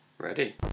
Ready